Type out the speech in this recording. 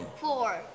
Four